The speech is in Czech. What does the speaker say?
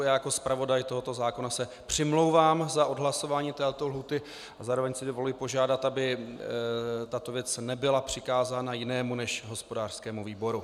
Já jako zpravodaj tohoto zákona se přimlouvám za odhlasování této lhůty a zároveň si dovoluji požádat, aby tato věc nebyla přikázána jinému než hospodářskému výboru.